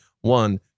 one